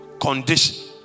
condition